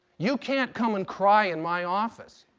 you can't come and cry in my office.